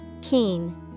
Keen